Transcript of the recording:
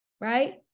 Right